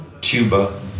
tuba